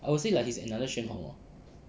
I would say like he's another xuan han lor